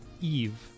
eve